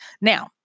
Now